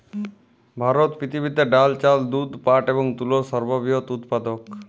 ভারত পৃথিবীতে ডাল, চাল, দুধ, পাট এবং তুলোর সর্ববৃহৎ উৎপাদক